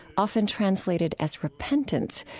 often translated as repentance,